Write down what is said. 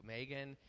Megan